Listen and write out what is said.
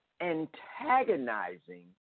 antagonizing